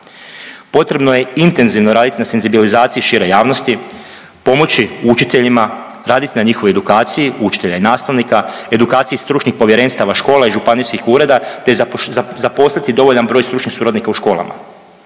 Potrebno je intenzivno raditi na senzibilizaciji šire javnosti, pomoći učiteljima, raditi na njihovoj edukaciji učitelja i nastavnika, edukaciji stručnih povjerenstava škola i županijskih ureda te zapoš… zaposliti dovoljan broj stručnih suradnika u školama.